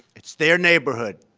it's their neighborhood.